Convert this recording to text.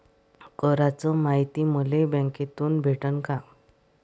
कराच मायती मले बँकेतून भेटन का?